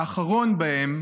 האחרון שבהם